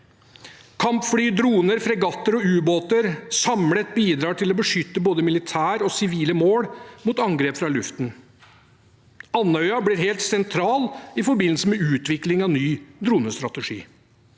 Kampfly, droner, fregatter og ubåter bidrar samlet til å beskytte både militære og sivile mål mot angrep fra luften. Andøya blir helt sentral i forbindelse med utvikling av en ny dronestrategi.